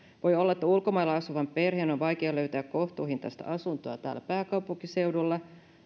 voi olla että ulkomailla asuvan perheen on vaikea löytää kohtuuhintaista asuntoa täällä pääkaupunkiseudulla